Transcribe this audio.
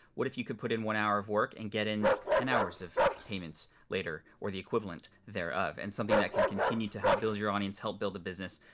what if you could put it one hour of work and get in ten hours of payments later or the equivalent thereof? and something that can continue to help build your audience, help build a business,